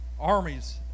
armies